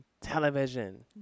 television